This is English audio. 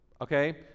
okay